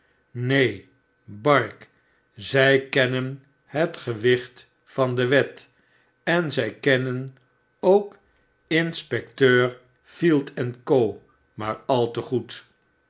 neen bark zy kennen het gewicht van de wet en zy kennen ook inspecteur field co maar al te goed